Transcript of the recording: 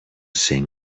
sing